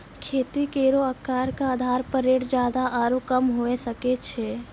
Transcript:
खेती केरो आकर क आधार पर रेट जादा आरु कम हुऐ सकै छै